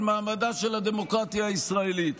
על מעמדה של הדמוקרטיה הישראלית.